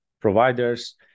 providers